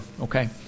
Okay